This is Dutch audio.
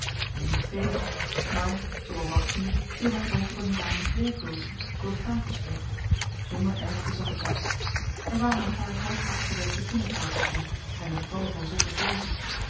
ik heb er niets tegen maar zoo al wachtende viel myn oog op een dames werkdoosje dat op tafel stond zonder erg bezag ik dat er waren een paar half afgewerkte kinderkousjes in en een tal van zotte verzen